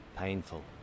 painful